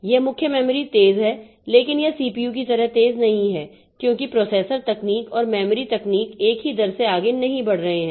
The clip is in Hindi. यह मुख्य मेमोरी तेज़ है लेकिन यह सीपीयू की तरह तेज़ नहीं है क्योंकि प्रोसेसर तकनीक और मेमोरी टेक्नोलॉजी एक ही दर से आगे नहीं बढ़ रहे हैं